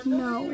no